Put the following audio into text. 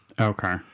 Okay